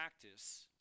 practice